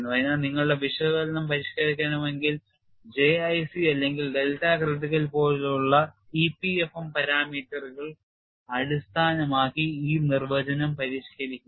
അതിനാൽ നിങ്ങളുടെ വിശകലനം പരിഷ്കരിക്കണമെങ്കിൽ J IC അല്ലെങ്കിൽ ഡെൽറ്റ ക്രിട്ടിക്കൽ പോലുള്ള EPFM പാരാമീറ്ററുകൾ അടിസ്ഥാനമാക്കി ഈ നിർവചനം പരിഷ്ക്കരിക്കുക